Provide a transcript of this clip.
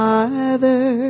Father